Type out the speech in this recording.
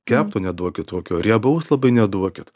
kepto neduokit tokio riebaus labai neduokit